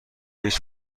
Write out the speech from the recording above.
هیچ